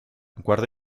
guarda